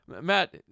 Matt